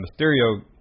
Mysterio